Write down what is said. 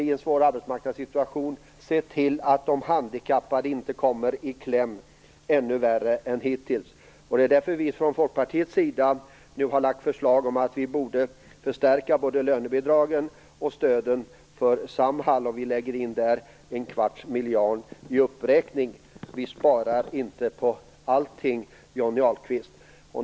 I en svår arbetsmarknadssituation måste vi se till att de handikappade inte kommer ännu värre i kläm än hittills. Det är därför vi från Folkpartiets sida nu har lagt fram förslag om att förstärka både lönebidragen och stöden för Samhall. Vi lägger där in en kvarts miljard i uppräkning. Vi sparar inte på allting, Johnny Ahlqvist!